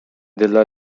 della